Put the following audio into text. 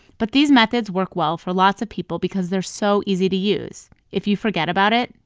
but these methods work well for lots of people because they're so easy to use. if you forget about it,